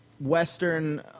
Western